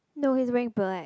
no he is wearing black